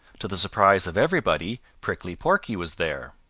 to the surprise of everybody, prickly porky was there.